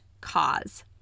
cause